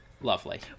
lovely